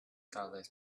dollars